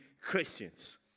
Christians